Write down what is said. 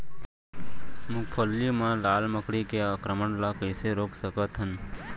मूंगफली मा लाल मकड़ी के आक्रमण ला कइसे रोक सकत हन?